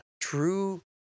true